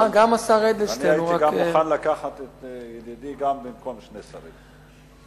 אני הייתי מוכן לקחת את ידידי במקום שני שרים.